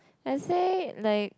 I say like